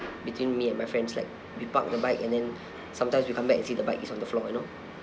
between me and my friends like we park the bike and then sometimes we come back and see the bike is on the floor you know